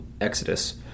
Exodus